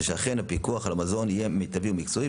ושאכן הפיקוח על המזון יהיה מיטבי ומקצועי,